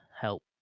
help